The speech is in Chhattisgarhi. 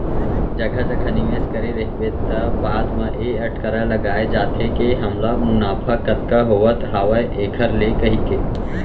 जघा जघा निवेस करे रहिबे त बाद म ए अटकरा लगाय जाथे के हमला मुनाफा कतका होवत हावय ऐखर ले कहिके